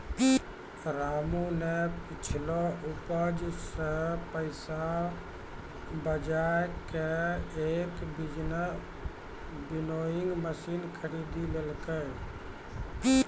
रामू नॅ पिछलो उपज सॅ पैसा बजाय कॅ एक विनोइंग मशीन खरीदी लेलकै